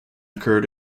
occurred